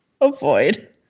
Avoid